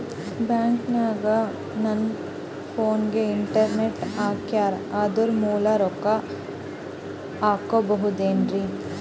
ಬ್ಯಾಂಕನಗ ನನ್ನ ಫೋನಗೆ ಇಂಟರ್ನೆಟ್ ಹಾಕ್ಯಾರ ಅದರ ಮೂಲಕ ರೊಕ್ಕ ಹಾಕಬಹುದೇನ್ರಿ?